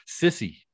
Sissy